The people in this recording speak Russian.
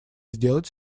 сделать